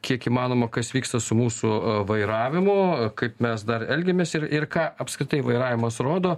kiek įmanoma kas vyksta su mūsų vairavimu kaip mes dar elgiamės ir ir ką apskritai vairavimas rodo